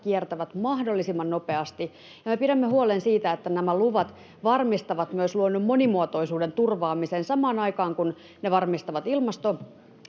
kiertävät mahdollisimman nopeasti. Me pidämme huolen siitä, että nämä luvat varmistavat myös luonnon monimuotoisuuden turvaamisen samaan aikaan, kun ne varmistavat ilmastotoimet